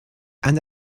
and